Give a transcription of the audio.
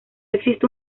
existe